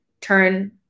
turn